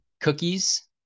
Cookies